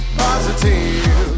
positive